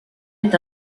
est